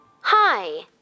Hi